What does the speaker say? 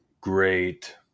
great